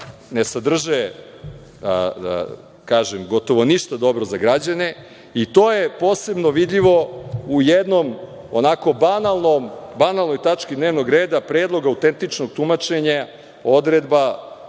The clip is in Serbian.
ne sadrže gotovo ništa dobro za građane i to je posebno vidljivo u jednom onako banalnoj tački dnevnog reda predloga Autentičnog tumačenja odredba